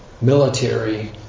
military